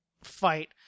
fight